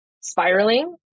spiraling